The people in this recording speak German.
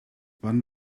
wann